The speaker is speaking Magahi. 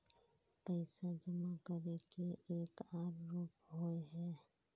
पैसा जमा करे के एक आर रूप होय है?